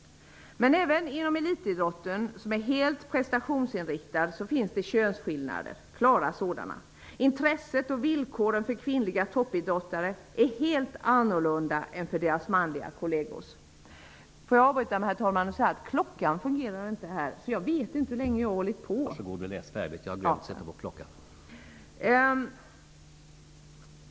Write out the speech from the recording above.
Men även inom elitidrotten, som är helt prestationsinriktad, finns det klara könsskillnader. Intresset och villkoren för kvinnliga toppidrottare är helt annorlunda än för deras manliga kollegor.